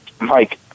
Mike